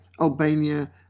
Albania